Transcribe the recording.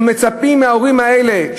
אנחנו מצפים מההורים האלה,